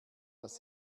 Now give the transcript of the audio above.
dass